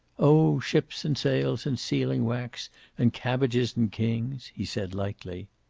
oh, ships and sails and sealing wax and cabbages and kings, he said, lightly.